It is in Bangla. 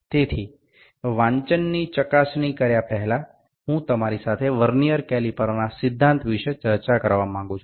সুতরাং পাঠটি পরীক্ষা করার আগে আমি ভার্নিয়ার ক্যালিপারের নীতিটি আলোচনা করতে চাই